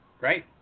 Right